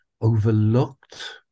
overlooked